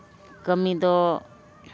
ᱠᱟᱹᱢᱤ ᱫᱚ